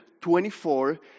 24